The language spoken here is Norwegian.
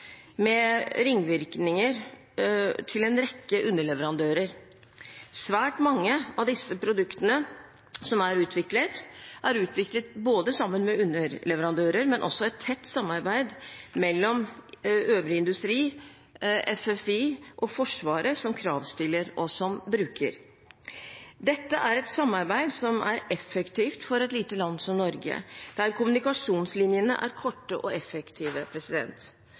med ringvirkninger til en rekke underleverandører. Svært mange av disse produktene som er utviklet, er utviklet sammen med underleverandører, men også gjennom et tett samarbeid mellom øvrig industri, FFI og Forsvaret, som kravstiller og bruker. Dette er et samarbeid som er effektivt for et lite land som Norge, der kommunikasjonslinjene er korte og effektive.